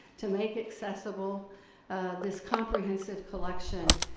to make accessible this comprehensive collection,